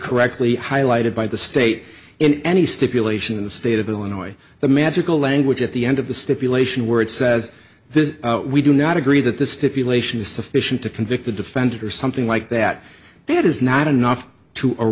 correctly highlighted by the state in any stipulation in the state of illinois the magical language at the end of the stipulation word says this we do not agree that the stipulation is sufficient to convict the defendant or something like that that is not enough to a